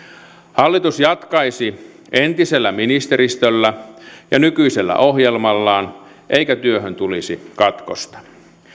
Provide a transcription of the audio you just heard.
hallitus jatkaisi entisellä ministeristöllä ja nykyisellä ohjelmallaan eikä työhön tulisi katkosta